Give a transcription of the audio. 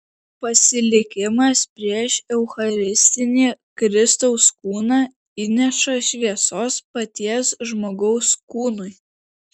pasilikimas prieš eucharistinį kristaus kūną įneša šviesos paties žmogaus kūnui